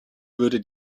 würde